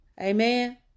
Amen